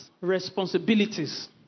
responsibilities